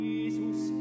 Jesus